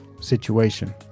situation